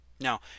Now